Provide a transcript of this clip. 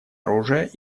оружия